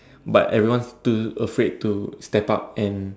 but everyone's too afraid to step up and